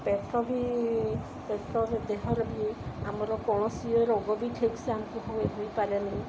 ପେଟ ବି ପେଟ ଦେହରେ ବି ଆମର କୌଣସି ରୋଗ ବି ଠିକ୍ ସେ ଆମକୁ ହଏ ହେଇପାରେନି